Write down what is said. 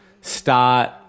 start